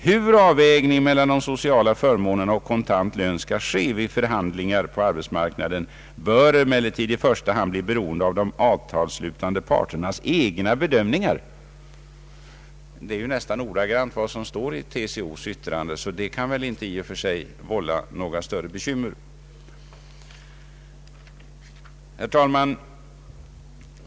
”Hur avvägningen mellan de sociala förmånerna och kontant lön skall ske vid förhandlingar på arbetsmarknaden bör emellertid i första hand få bli beroende av de avtalsslutande parternas egna bedömningar.” Detta är nästan ordagrant detsamma som står i TCO:s yttrande. Det borde väl därför i och för sig inte vålla några större bekymmer. Herr talman!